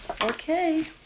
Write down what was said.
Okay